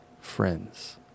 friends